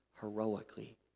heroically